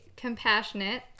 compassionate